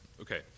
Okay